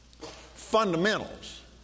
fundamentals